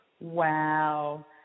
Wow